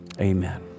amen